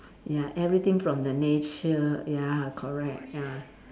ya everything from the nature ya correct ya